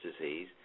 disease